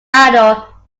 idol